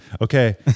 Okay